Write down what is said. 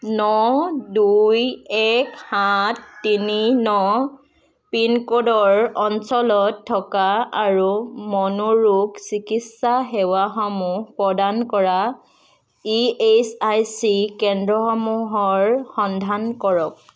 ন দুই এক সাত তিনি ন পিনক'ডৰ অঞ্চলত থকা আৰু মনোৰোগ চিকিৎসা সেৱাসমূহ প্ৰদান কৰা ই এছ আই চি কেন্দ্ৰসমূহৰ সন্ধান কৰক